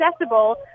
accessible